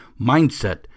Mindset